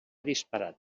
disparat